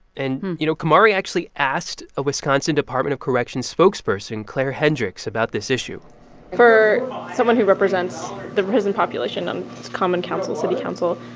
and, you know, kumari actually asked a wisconsin department of corrections spokesperson, clare hendricks, about this issue for someone who represents the prison population on common council, city council,